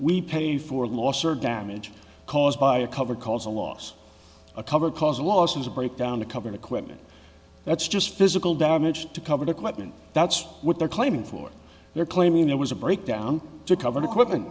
we pay for loss or damage caused by a cover cause a loss a cover cause loss is a breakdown to cover equipment that's just physical damage to covered equipment that's what they're claiming for they're claiming there was a breakdown to cover equipment